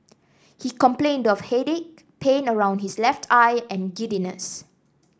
he complained of headache pain around his left eye and giddiness